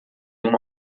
uma